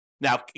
Now